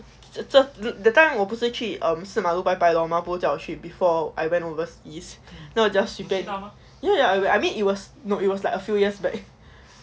这 that time 我不是 um 去四马路拜拜 lor 妈不是叫我去 before I went overseas then 那我 just 随便:sui bianan ya ya I mean it was no it was like a few years back